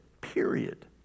Period